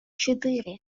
четыре